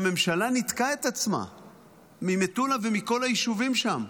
שהממשלה ניתקה את עצמה ממטולה ומכל היישובים שם.